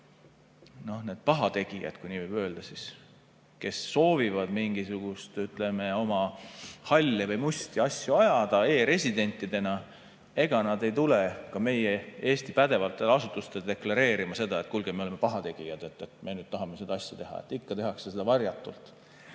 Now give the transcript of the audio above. need pahategijad, kui nii võib öelda, kes soovivad mingisugust oma halli või musta asja ajada e-residentidena, ei tule Eesti pädevatele asutustele deklareerima seda, et kuulge, me oleme pahategijad, me nüüd tahame seda asja teha. Seda tehakse ikka varjatult.